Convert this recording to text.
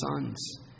sons